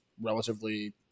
relatively